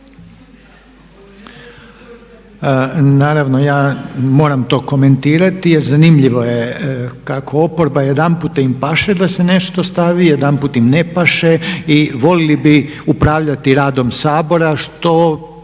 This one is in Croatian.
Naravno, ja moram to komentirati jer zanimljivo je kako oporba jedanput im paše da se nešto stavi, jedanput im ne paše i volili bi upravljati radom Sabora što